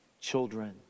children